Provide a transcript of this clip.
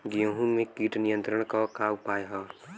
गेहूँ में कीट नियंत्रण क का का उपाय ह?